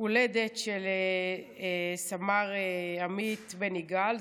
ההולדת של סמ"ר עמית בן יגאל,